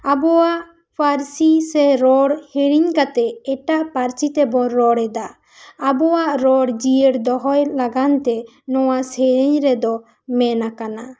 ᱟᱵᱚᱣᱟᱜ ᱯᱟᱹᱨᱥᱤ ᱥᱮ ᱨᱚᱲ ᱦᱤᱲᱤᱧ ᱠᱟᱛᱮᱜ ᱮᱴᱟᱜ ᱯᱟᱹᱨᱥᱤ ᱛᱮᱵᱚᱱ ᱨᱚᱲ ᱮᱫᱟ ᱟᱵᱚᱣᱟᱜ ᱨᱚᱲ ᱡᱤᱭᱟᱹᱲ ᱫᱚᱦᱚᱭ ᱞᱟᱜᱟᱱ ᱛᱮ ᱱᱚᱣᱟ ᱥᱮᱨᱮᱧ ᱨᱮ ᱫᱚ ᱢᱮᱱ ᱟᱠᱟᱱᱟ